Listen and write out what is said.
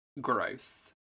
gross